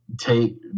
take